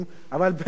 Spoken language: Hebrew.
אבל בנאומו,